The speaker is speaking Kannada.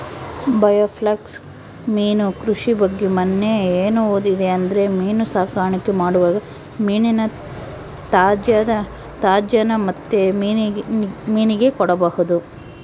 ಬಾಯೋಫ್ಲ್ಯಾಕ್ ಮೀನು ಕೃಷಿ ಬಗ್ಗೆ ಮನ್ನೆ ಏನು ಓದಿದೆ ಅಂದ್ರೆ ಮೀನು ಸಾಕಾಣಿಕೆ ಮಾಡುವಾಗ ಮೀನಿನ ತ್ಯಾಜ್ಯನ ಮತ್ತೆ ಮೀನಿಗೆ ಕೊಡಬಹುದು